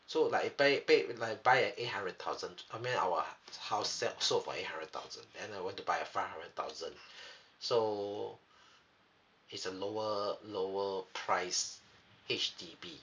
so like he paid it paid it and buy at eight hundred thousand I mean our house sell sold for eight hundred thousand then I want to buy a five hundred thousand so it's a lower lower price H_D_B